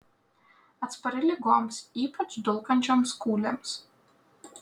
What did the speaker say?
atspari ligoms ypač dulkančioms kūlėms